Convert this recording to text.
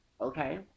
okay